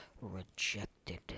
rejected